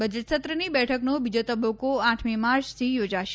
બજેટસત્રની બેઠકનો બીજો તબક્કો આઠમી માર્ચથી યોજાશે